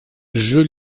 jeu